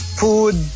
food